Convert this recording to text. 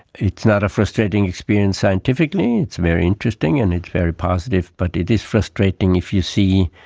it's not a frustrating experience scientifically, it's very interesting and it's very positive, but it is frustrating if you see